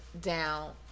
down